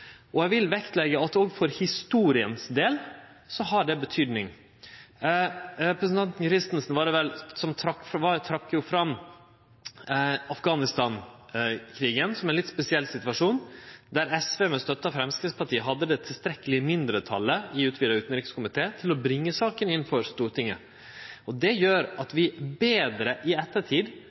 Eg vil leggje vekt på at òg for historia sin del har det betyding. Det var vel representanten Christensen som trakk fram Afghanistan-krigen, som er ein litt spesiell situasjon, der SV, med støtte av Framstegspartiet, hadde eit tilstrekkeleg mindretall i den utvida utanrikskomiteen til å bringe saka inn for Stortinget. Det gjer at vi i ettertid